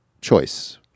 choice